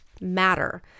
matter